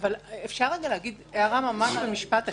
אפשר להגיד הערה במשפט אחד?